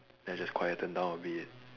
then I just quieten down a bit